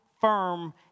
firm